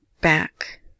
back